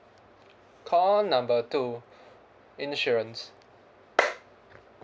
call number two insurance